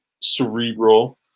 cerebral